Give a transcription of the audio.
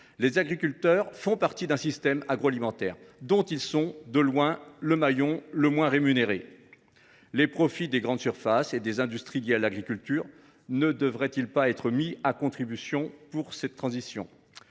Les agriculteurs font partie d’un système agroalimentaire dont ils sont, de loin, le maillon le moins bien rémunéré. Les profits des grandes surfaces et des industries liées à l’agriculture ne devraient ils pas être mis à contribution pour cette transition ?